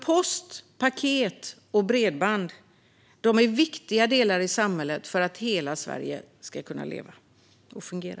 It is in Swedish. Post, paket och bredband är viktiga delar i samhället för att hela Sverige ska kunna leva och fungera.